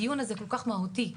הדיון הזה כל כך מהותי וחשוב.